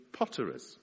potterers